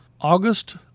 August